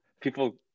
people